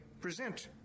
present